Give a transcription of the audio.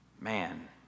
Man